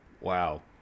Wow